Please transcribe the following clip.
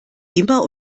immer